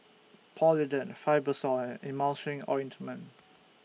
Polident Fibrosol and Emulsying Ointment